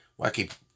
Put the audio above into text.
wacky